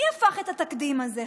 מי הפך את התקדים הזה?